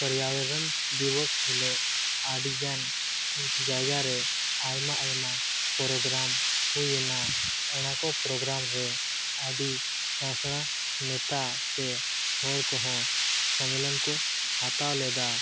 ᱯᱚᱨᱭᱟᱵᱚᱨᱚᱱ ᱫᱤᱵᱚᱥ ᱦᱤᱞᱳᱜ ᱟᱹᱰᱤᱜᱟᱱ ᱡᱟᱭᱜᱟᱨᱮ ᱟᱭᱢᱟ ᱟᱭᱢᱟ ᱯᱨᱳᱜᱨᱟᱢ ᱦᱩᱭᱮᱱᱟ ᱚᱱᱟᱠᱚ ᱯᱨᱳᱜᱨᱟᱢᱨᱮ ᱟᱹᱰᱤ ᱥᱮᱬᱟ ᱥᱮᱬᱟ ᱱᱮᱛᱟ ᱥᱮ ᱦᱚᱲ ᱠᱚᱦᱚᱸ ᱥᱚᱱᱢᱮᱞᱚᱱ ᱠᱚ ᱦᱟᱛᱟᱣ ᱞᱮᱫᱟ